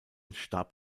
starb